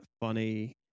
funny